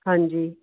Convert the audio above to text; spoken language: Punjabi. ਹਾਂਜੀ